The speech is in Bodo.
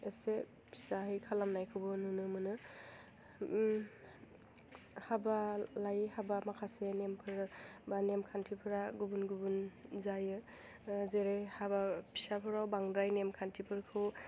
इसे फिसाहै खालामनायखौबो नुनो मोनो हाबा लायै हाबा माखासे नेमफोर बा नेमखान्थिफोरा गुबुन गुबुन जायो जेरै हाबा फिसाफोराव बांद्राय नेमखान्थिफोरखौ